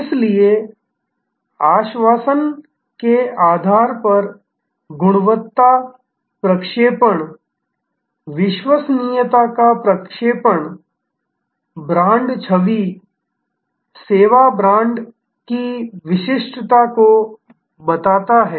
इसलिए आश्वासन के आधार पर गुणवत्ता प्रक्षेपण विश्वसनीयता का प्रक्षेपण ब्रांड छवि सेवा ब्रांड की विशिष्टता को बनाता है